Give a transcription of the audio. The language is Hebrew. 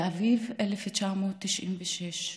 באביב 1996,